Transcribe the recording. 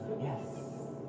Yes